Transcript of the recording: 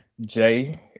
Jay